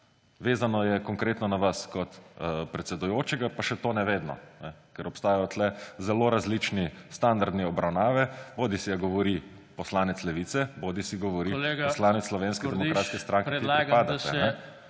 Vezano je konkretno na vas kot predsedujočega, pa še to ne vedno, ker obstajajo tukaj zelo različni standardi obravnave, bodisi da govori poslanec Levice bodisi govori poslanec Slovenske demokratske stranke, ki ji pripadate.